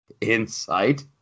Insight